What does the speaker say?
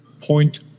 point